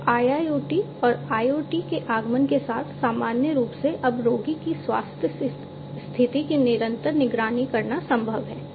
तो IIoT और IoT के आगमन के साथ सामान्य रूप से अब रोगी की स्वास्थ्य स्थिति की निरंतर निगरानी करना संभव है